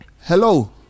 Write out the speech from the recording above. Hello